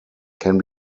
can